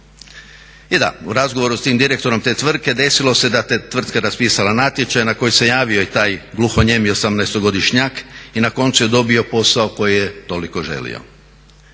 I da, u razgovoru s tim direktom te tvrtke desilo se da je ta tvrtka raspisala natječaj na koji se javio i taj gluhonijemi osamnaestogodišnjak i na koncu je dobio posao koji je toliko želio.